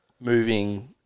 moving